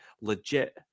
legit